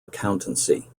accountancy